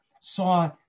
saw